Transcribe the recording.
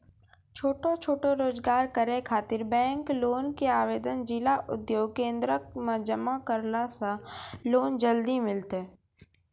छोटो छोटो रोजगार करै ख़ातिर बैंक लोन के आवेदन जिला उद्योग केन्द्रऽक मे जमा करला से लोन जल्दी मिलतै?